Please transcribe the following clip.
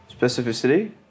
Specificity